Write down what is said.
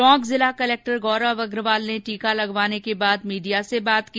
टोक जिला कलेक्टर गौरव अग्रवाल ने टीका लगवाने के बाद मीडिया से बात की